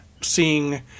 seeing